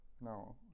No